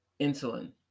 insulin